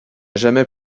jamais